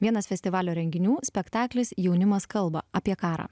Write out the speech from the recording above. vienas festivalio renginių spektaklis jaunimas kalba apie karą